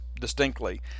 distinctly